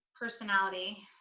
personality